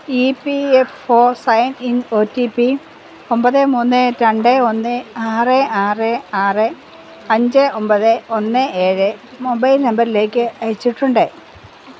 E P F O sign in O T P ഒമ്പത് മൂന്ന് രണ്ട് ഒന്ന് ആറ് ആറ് ആറ് അഞ്ച് ഒമ്പത് ഒന്ന് ഏഴ് മൊബൈൽ നമ്പറിലേക്ക് അയച്ചിട്ടുണ്ട്